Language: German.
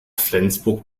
flensburg